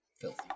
Filthy